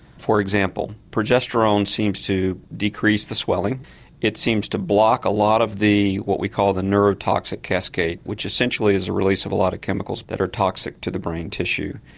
for example progesterone seems to decrease the swelling it seems to block a lot of what we call the neurotoxic cascade which essentially is a release of a lot of chemicals that are toxic to the brain tissue.